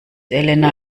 elena